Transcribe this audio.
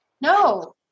No